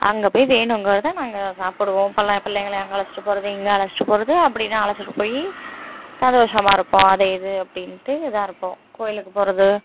அங்கே போய் வேணுங்கிறதை நாங்கள் சாப்பிடுவோம் பிள்ள பிள்ளைங்களை அங்கே அழைச்சிட்டு போகிறது இங்கே அழைச்சிட்டு போகிறது அப்படின்னு அழைச்சிட்டு போய் சந்தோஷமாக இருப்போம் அது இது அப்படின்ட்டு இதாக இருப்போம் கோவிலுக்கு போகிறது